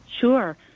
Sure